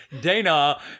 Dana